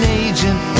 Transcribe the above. agent